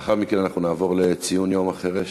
לאחר מכן אנחנו נעבור לציון יום החירש.